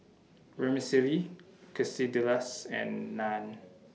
Vermicelli Quesadillas and Naan